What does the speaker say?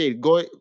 go